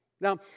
Now